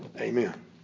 Amen